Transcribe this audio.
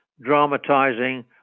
dramatizing